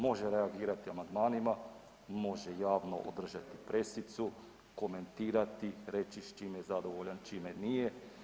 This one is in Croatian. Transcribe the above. Može reagirati amandmanima, može javno održati presicu, komentirati, reći s čime je zadovoljan, s čime nije.